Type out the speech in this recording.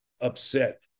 upset